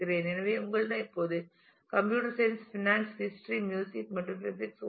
எனவே உங்களிடம் இப்போது computer science finance history music மற்றும் பிசிக்ஸ் உள்ளது